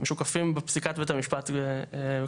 משוקפים בה פסיקת בית המשפט וקשיים.